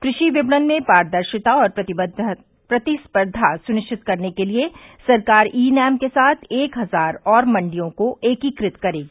कृषि विपणन में पारदर्शिता और प्रतिस्पर्धा सुनिश्चित करने के लिए सरकार ई नैम के साथ एक हजार और मंडियों को एकीकृत करेगी